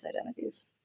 identities